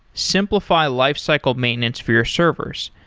simplify lifecycle maintenance for your servers.